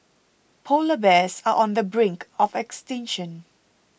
Polar Bears are on the brink of extinction